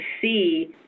see